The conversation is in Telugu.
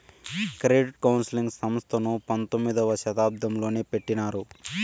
క్రెడిట్ కౌన్సిలింగ్ సంస్థను పంతొమ్మిదవ శతాబ్దంలోనే పెట్టినారు